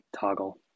toggle